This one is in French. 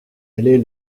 allée